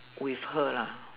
with her lah